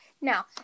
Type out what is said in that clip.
Now